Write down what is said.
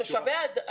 בשביל לקבל תשובה.